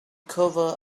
cover